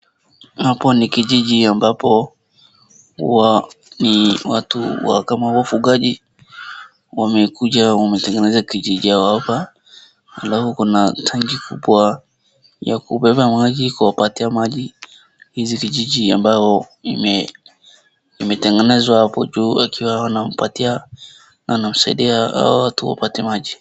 Hapo ni kijiji ambapo ni watu kama wafungaji wamekuja wametengeneza kijiji yao hapa, alafu kuna tanki kubwa ya kubeba maji kuwapatia maji hizi vijiji ambayo imetengenezwa hapo juu akiwa anampatia anamsaidia kupatia hao watu maji.